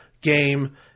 game